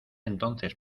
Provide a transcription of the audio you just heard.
entonces